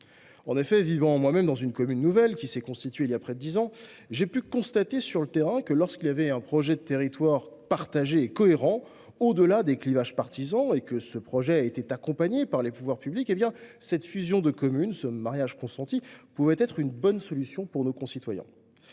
En effet, vivant moi même dans une commune nouvelle qui s’est constituée voilà près de dix ans, j’ai pu constater sur le terrain que, lorsqu’il existe un projet de territoire partagé et cohérent au delà des clivages partisans et que ce projet est accompagné par les pouvoirs publics, la fusion de communes – ou ce mariage consenti – peut être une bonne solution pour nos concitoyens.